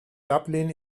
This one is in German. dublin